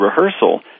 rehearsal